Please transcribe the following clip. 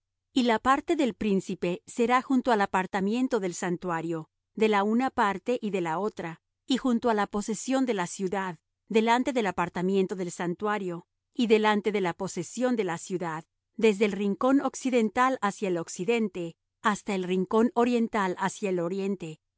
y la parte del príncipe será junto al apartamiento del santuario de la una parte y de la otra y junto á la posesión de la ciudad delante del apartamiento del santuario y delante de la posesión de la ciudad desde el rincón occidental hacia el occidente hasta el rincón oriental hacia el oriente y